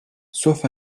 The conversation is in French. sauf